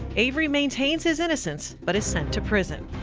avery maintains his innocence but is sent to prison,